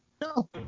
No